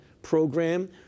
program